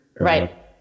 right